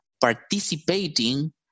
participating